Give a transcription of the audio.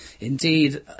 Indeed